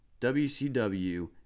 WCW